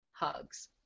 hugs